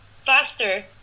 faster